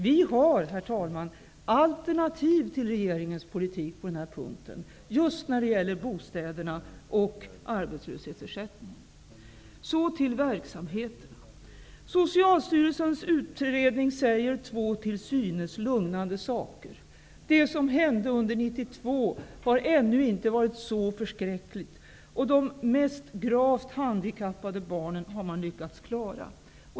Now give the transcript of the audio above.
Vi har, herr talman, alternativ till regeringens politik på den här punkten, just när det gäller bostäderna och arbetslöshetsersättningen. Så till verksamheterna. Socialstyrelsens utredning säger två till synes lugnande saker: det som hände under 1992 har ännu inte varit så förskräckligt, och de mest gravt handikappade barnen har man lyckats klara.